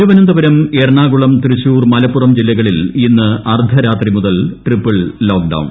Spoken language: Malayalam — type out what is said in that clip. തിരുവനന്തപുരം എറണ്ടാക്ടുളം തൃശൂർ മലപ്പുറം ജില്ലകളിൽ ന് ഇന്ന് അർദ്ധരാത്രി മുത്ത്ൽ ടിപിൾ ലോക്ഡൌൺ